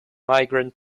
migrant